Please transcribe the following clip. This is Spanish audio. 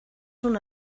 una